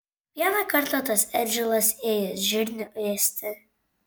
vieną kartą tas eržilas ėjęs žirnių ėsti